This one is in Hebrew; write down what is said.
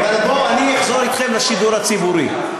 בואו, אני אחזור אתכם לשידור הציבורי.